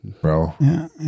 bro